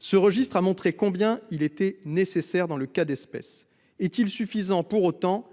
Ce registre a montré combien il était nécessaire dans le cas d'espèce. Est-il suffisant pour autant ?